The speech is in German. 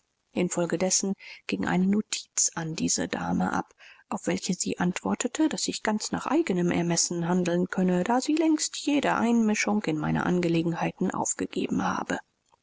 infolgedessen ging eine notiz an diese dame ab auf welche sie antwortete daß ich ganz nach eigenem ermessen handeln könne da sie längst jede einmischung in meine angelegenheiten aufgegeben habe